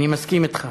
אני מסכים אתך.